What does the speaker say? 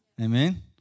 Amen